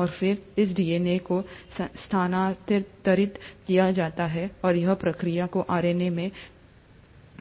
और फिर इस डीएनए को स्थानांतरित किया जाता है और इस प्रक्रिया को आरएनए में